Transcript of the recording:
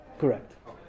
Correct